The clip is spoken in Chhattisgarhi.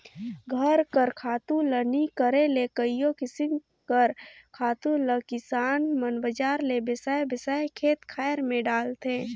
घर कर खातू ल नी करे ले कइयो किसिम कर खातु ल किसान मन बजार ले बेसाए बेसाए के खेत खाएर में डालथें